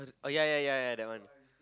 oh ya ya ya ya that one